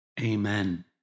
Amen